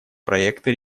проекты